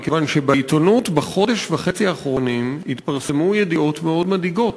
מכיוון שבעיתונות בחודש וחצי האחרונים התפרסמו ידיעות מאוד מדאיגות,